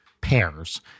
pairs